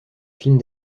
films